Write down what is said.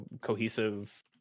cohesive